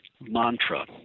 mantra